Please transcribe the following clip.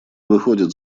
выходит